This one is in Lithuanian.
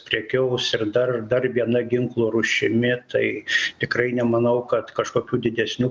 prekiaus ir dar dar viena ginklo rūšimi tai tikrai nemanau kad kažkokių didesnių